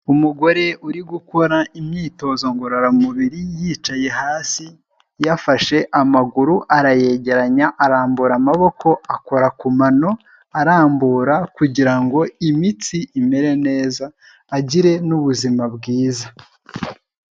Umugore uri gukora imyitozo ngororamubiri yicaye hasi yafashe amaguru arayegeranya arambura amaboko akora ku mano arambura kugira ngo imitsi imere neza, agire n'ubuzima bwiza.